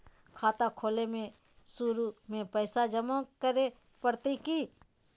खाता खोले में शुरू में पैसो जमा करे पड़तई की?